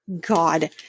God